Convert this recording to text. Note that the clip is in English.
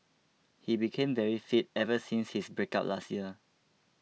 he became very fit ever since his breakup last year